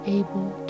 able